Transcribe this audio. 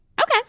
Okay